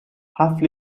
have